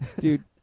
Dude